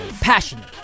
passionate